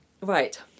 Right